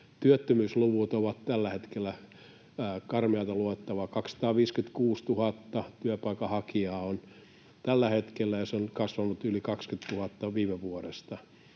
Työttömyysluvut ovat tällä hetkellä karmeata luettavaa: 256 000 työpaikan hakijaa on tällä hetkellä, ja se on kasvanut yli 20 000 viime vuodesta.